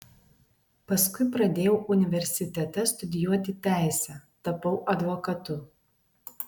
paskui pradėjau universitete studijuoti teisę tapau advokatu